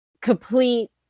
complete